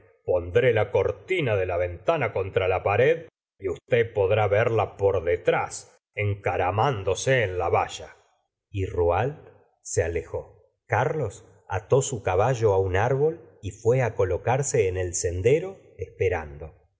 pondré la cortina de la ventana contra la pared y usted podr verla por detrás encaramándose en la valla y rouault se alejó carlos ató su caballo un árbol y fué colocarse en el sendero esperando